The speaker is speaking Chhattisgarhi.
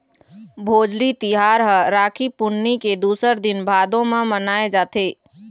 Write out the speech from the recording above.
भोजली तिहार ह राखी पुन्नी के दूसर दिन भादो म मनाए जाथे